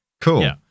Cool